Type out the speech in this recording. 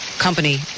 Company